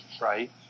right